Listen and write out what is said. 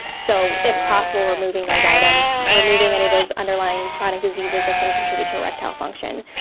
so if possible, removing those items, removing any of those underlying chronic diseases that can contribute to erectile function.